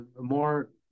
more